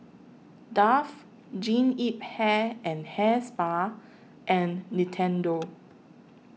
Dove Jean Yip Hair and Hair Spa and Nintendo